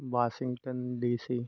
Washington DC